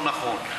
לא נכון.